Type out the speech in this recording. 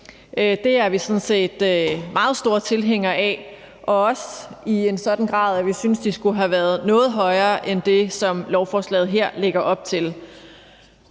set meget store tilhængere af og også i en sådan grad, at vi synes, de skulle have været noget højere end det, som lovforslaget her lægger op til,